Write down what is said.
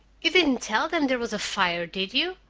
you didn't tell them there was a fire, did you?